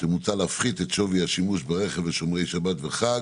שמוצע להפחית את שווי השימוש ברכב לשומרי שבת וחג